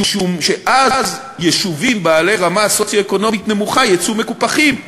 משום שאז יישובים בעלי רמה סוציו-אקונומית נמוכה יצאו מקופחים.